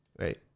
right